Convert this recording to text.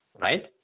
Right